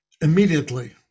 immediately